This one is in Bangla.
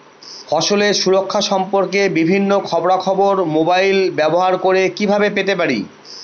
ফসলের সুরক্ষা সম্পর্কে বিভিন্ন খবরা খবর মোবাইল ব্যবহার করে কিভাবে পেতে পারি?